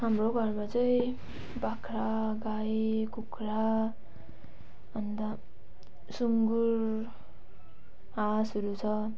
हाम्रो घरमा चाहिँ बाख्रा गाई कुखुरा अन्त सुँगुर हाँसहरू छ